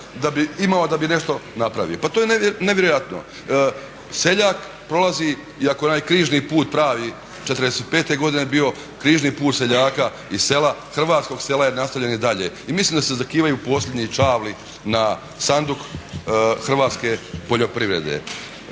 da bi imao da bi nešto napravio. Pa to je nevjerojatno. Seljak prolazi iako je onaj Križni put pravi '45. godine bio, križni put seljaka iz sela, hrvatskog sela je nastavljen i dalje. I mislim da se zakivaju posljednji čavli na sanduk hrvatske poljoprivrede.